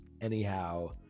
Anyhow